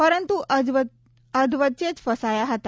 પરંતુ અધવચ્ચે જ ફસાયા હતા